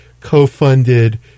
co-funded